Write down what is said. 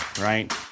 right